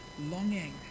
longing